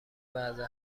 وضع